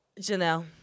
Janelle